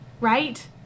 right